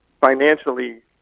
financially